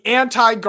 anti